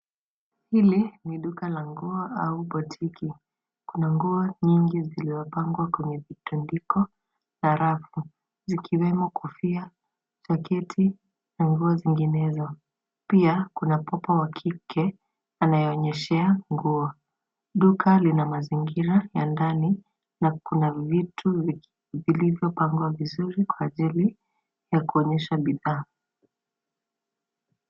Hili ni duka la nguo au botiki . Kuna nguo nyingi zilizopangwa kwenye vitandiko na rafu zikiwemo kofia, jaketi na nguo zinginezo. Pia kuna popo wa kike anayeonyeshea nguo. Duka lina mazingira ya ndani na kuna vitu vilivyopangwa vizuri kwa ajili ya kuonyesha bidhaa.